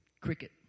cricket